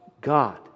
God